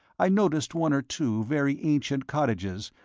i noticed one or two very ancient cottages,